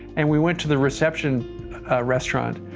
and we went to the reception restaurant,